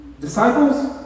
disciples